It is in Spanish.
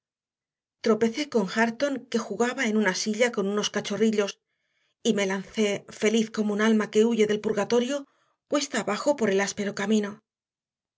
tropecé con hareton que jugaba en una silla con unos cachorrillos y me lancé feliz como un alma que huye del purgatorio cuesta abajo por el áspero camino